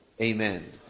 Amen